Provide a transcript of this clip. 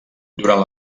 durant